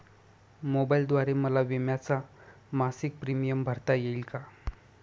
मोबाईलद्वारे मला विम्याचा मासिक प्रीमियम भरता येईल का?